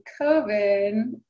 COVID